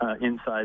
Inside